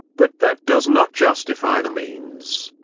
but that does not justify the means.